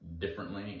differently